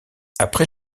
après